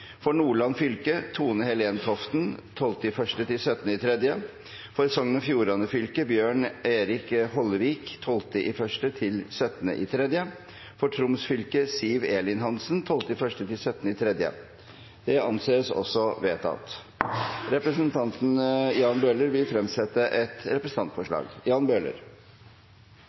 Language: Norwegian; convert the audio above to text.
For Nordland fylke: Tone-Helen Toften fra 12. januar til 17. mars For Sogn og Fjordane fylke: Bjørn Erik Hollevik fra 12. januar til 17. mars For Troms fylke: Siv Elin Hansen fra 12. januar til 17. mars Representanten Jan Bøhler vil fremsette et